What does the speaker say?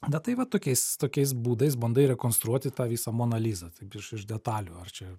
na tai va tokiais tokiais būdais bandai rekonstruoti tą visą monalizą taip iš iš detalių ar čia